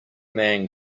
man